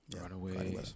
Runaway